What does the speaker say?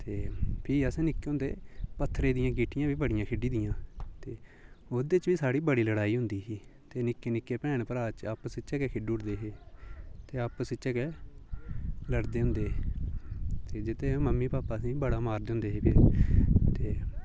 ते फ्ही असें निक्के हुंदे पत्थरें दियां गीटियां बी बड़ियां खेढी दियां ते ओह्दे च बी साढ़ी बड़ी लड़ाई होंदी ही ते निक्के निक्के भैन भ्राऽ च आपस च गै खेढी उड़दे हे ते आपस च गै लड़दे होंदे हे ते जित्थें मम्मी पापा असेंगी बड़ा मारदे होंदे हे फिर ते